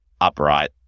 upright